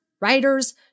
writers